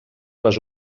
les